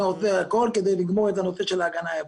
אני עושה הכול כדי לגמור את הנושא של ההגנה היבשתית.